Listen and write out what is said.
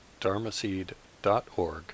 dharmaseed.org